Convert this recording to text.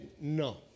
no